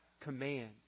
command